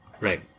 Right